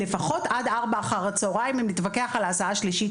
לפחות עד השעה ארבע אחר-הצהריים אם נתווכח על הסעה שלישית,